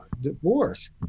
divorce